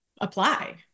apply